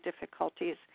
difficulties